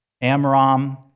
Amram